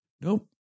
nope